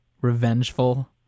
revengeful